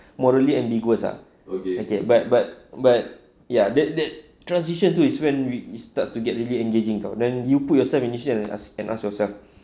morally ambiguous ah but but but ya that that transition to its when when it starts to get really engaging [tau] when you put yourself in and ask yourself